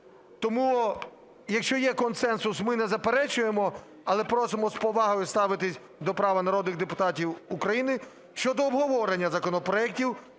Тому, якщо є консенсус, ми не заперечуємо, але просимо з повагою ставитися до права народних депутатів України щодо обговорення законопроектів